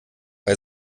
bei